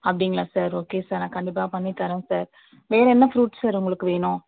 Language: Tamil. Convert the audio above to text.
அப்படிங்களா சார் ஓகே சார் நான் கண்டிப்பாக பண்ணி தரேன் சார் வேறென்ன ஃப்ரூட் சார் உங்களுக்கு வேணும்